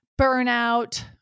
burnout